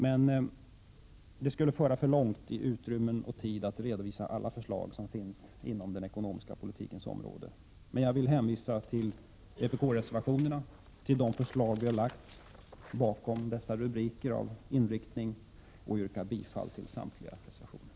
Men det skulle föra för långt, om vi redovisade alla förslag som finns inom den ekonomiska politikens område. Jag hänvisar till vpk-reservationerna och de förslag vi lagt fram när det gäller inriktningen samt yrkar bifall till samtliga reservationer.